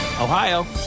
Ohio